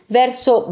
verso